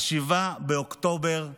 7 באוקטובר 2023,